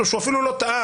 או שהוא אפילו לא טעה,